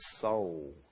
soul